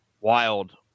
Wild